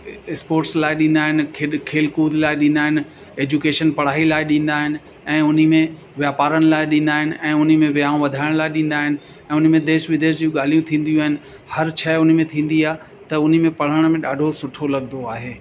sports लाइ ॾींदा आहिनि खेॾ खेल कूद लाइ ॾींदा आहिनि एजुकेशन पढ़ाई लाइ ॾींदा आहिनि ऐं उन में वापारनि लाइ ॾींदा आहिनि ऐं उन में विहाउं वधाइण लाए ॾींदा आहिनि ऐं उन में देश विदेश जूं ॻाल्हियूं थींदियूं आहिनि हर शइ उन में थींदी आहे त उन में पढ़ण में ॾाढो सुठो लॻंदो आहे